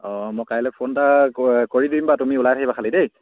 অঁ মই কাইলৈ ফোন এটা কৰি দিম বাৰু তুমি ওলাই থাকিবা খালী দেই